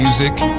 Music